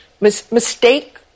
mistake